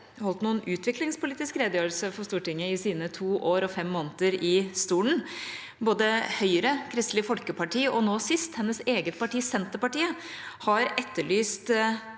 holdt noen utviklingspolitisk redegjørelse for Stortinget i sine to år og fem måneder i stolen. Både Høyre, Kristelig Folkeparti og nå sist hennes eget parti, Senterpartiet, har etterlyst